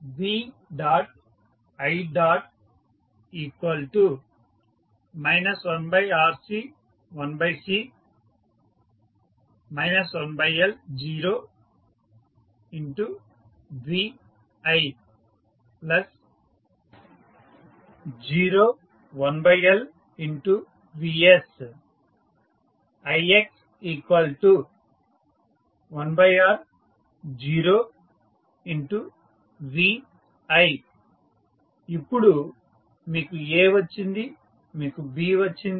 v i 1RC 1C 1L 0 v i 0 1L vs ix1R 0 v i ఇప్పుడు మీకు A వచ్చింది మీకు B వచ్చింది